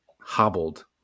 hobbled